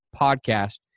podcast